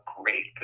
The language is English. great